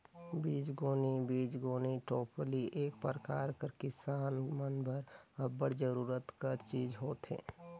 बीजगोनी बीजगोनी टोपली एक परकार कर किसान मन बर अब्बड़ जरूरत कर चीज होथे